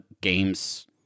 game's